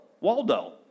Waldo